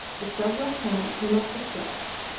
the sub-lieutenant came up the steps,